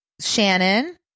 Shannon